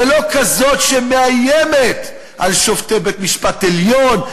ולא כזאת שמאיימת על שופטי בית-משפט עליון.